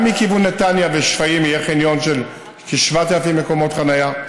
גם מכיוון נתניה ושפיים יהיה חניון של כ-7,000 מקומות חנייה,